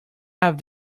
have